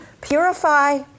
Purify